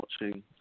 watching